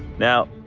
now,